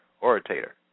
orator